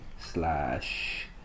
slash